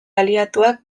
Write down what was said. aliatuak